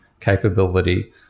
capability